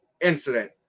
incident